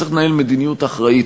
צריך לנהל מדיניות אחראית.